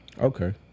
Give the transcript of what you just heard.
Okay